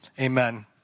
Amen